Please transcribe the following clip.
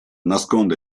nasconde